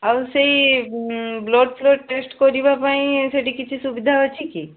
ଆଉ ସେଇ blood flood test କରିବା ପାଇଁ ସେଠି କିଛି ସୁବିଧା ଅଛି କି